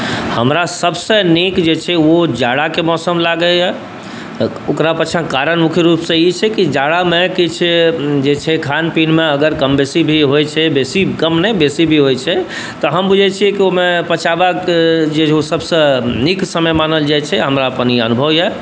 हमरा सबसँ नीक जे छै ओ जाड़ाके मौसम लागैए तऽ ओकरा पाछाँ कारण मुख्य रूपसँ ई छै कि जाड़ामे जे छै से किछु खान पीनमे अगर कम बेसी भी होइ छै कम नहि बेसी भी होइ छै तऽ हम बुझै छिए कि ओहिमे पचाबऽके जे छै से सबसँ नीक समय मानल जाइ छै आओर हमरा ई अपन अनुभव अइ